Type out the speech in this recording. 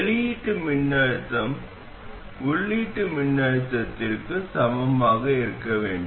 வெளியீட்டு மின்னழுத்தம் உள்ளீட்டு மின்னழுத்தத்திற்கு சமமாக இருக்க வேண்டும்